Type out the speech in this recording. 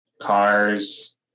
cars